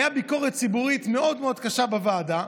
הייתה ביקורת ציבורית מאוד מאוד קשה בוועדה,